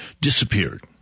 disappeared